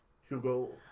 Hugo